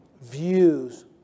views